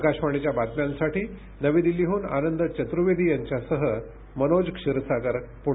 आकाशवाणीच्या बातम्यांसाठी नवी दिल्लीहून आनंद चतुर्वेदी यांच्यासह मनोज क्षीरसागर पुणे